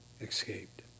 escaped